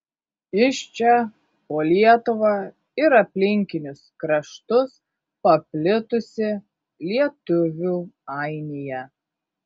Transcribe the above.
iš čia po lietuvą ir aplinkinius kraštus paplitusi lietuvių ainija